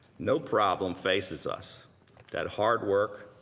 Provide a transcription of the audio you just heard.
no problem faces us that hard work,